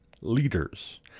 leaders